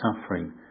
suffering